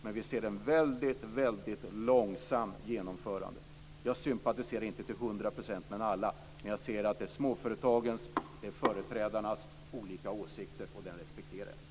Men vi ser ett väldigt, väldigt långsamt genomförande. Jag sympatiserar inte till hundra procent med alla, men jag ser att det är småföretagens och företrädarnas olika åsikter och dem respekterar jag.